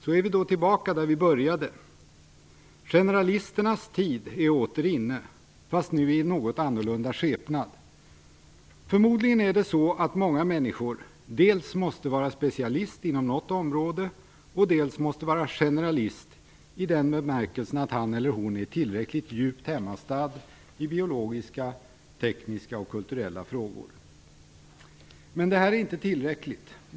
Så är vi tillbaka där vi började. Generalisternas tid är åter inne, fast nu i en något annorlunda skepnad. Förmodligen är det så att många människor dels måste vara specialister inom något område, dels vara generalister i den bemärkelsen att de är tillräckligt djupt hemmastadda i biologiska, tekniska och kulturella frågor. Men detta är inte tillräckligt.